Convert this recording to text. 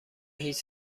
هیچ